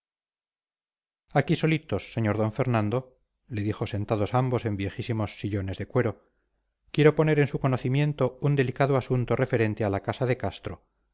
aquí solitos sr d fernando le dijo sentados ambos en viejísimos sillones de cuero quiero poner en su conocimiento un delicado asunto referente a la casa de castro